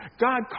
God